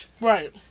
Right